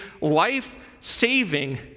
life-saving